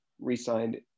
re-signed